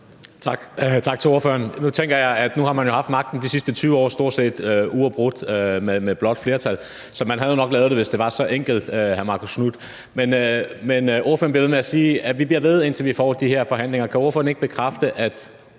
nu har man jo haft magten de sidste 20 år, stort set uafbrudt med blåt flertal, så man havde nok lavet det, hvis det var så enkelt, hr. Marcus Knuth. Men ordføreren bliver ved med at sige: Vi bliver ved, indtil vi får de her forhandlinger. Kan ordføreren ikke bekræfte, at